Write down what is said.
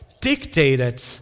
dictated